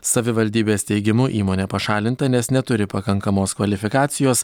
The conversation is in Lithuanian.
savivaldybės teigimu įmonė pašalinta nes neturi pakankamos kvalifikacijos